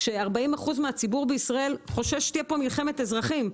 זה ש-40 אחוזים מהציבור בישראל חושש שתהיה פה מלחמת אזרחים.